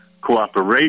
cooperation